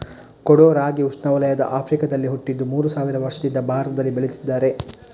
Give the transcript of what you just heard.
ಕೊಡೋ ರಾಗಿ ಉಷ್ಣವಲಯದ ಆಫ್ರಿಕಾದಲ್ಲಿ ಹುಟ್ಟಿದ್ದು ಮೂರು ಸಾವಿರ ವರ್ಷದಿಂದ ಭಾರತದಲ್ಲಿ ಬೆಳೀತಿದ್ದಾರೆ